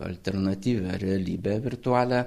alternatyvią realybę virtualią